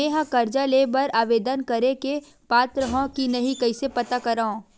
मेंहा कर्जा ले बर आवेदन करे के पात्र हव की नहीं कइसे पता करव?